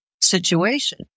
situation